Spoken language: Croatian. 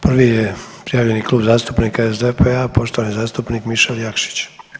Prvi je prijavljeni Klub zastupnika SDP-a poštovani zastupnik Mišel Jakšić.